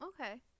okay